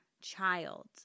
child